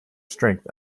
strength